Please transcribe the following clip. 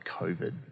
COVID